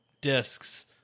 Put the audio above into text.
discs